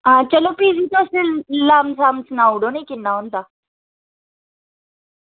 हां चलो भी बी तुस लमसम सनाई ओड़ो निं किन्ना होंदा